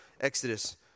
Exodus